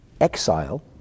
exile